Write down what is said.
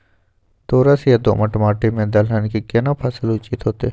दोरस या दोमट माटी में दलहन के केना फसल उचित होतै?